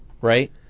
right